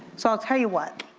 so i'll tell you what,